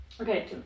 okay